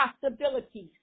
possibilities